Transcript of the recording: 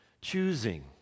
choosing